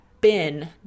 bin